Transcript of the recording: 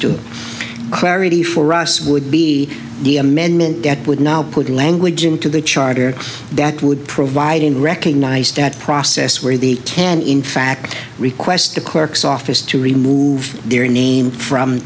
us would be the amendment that would now put language into the charter that would provide and recognize that process where the ten in fact requests the clerk's office to remove their name from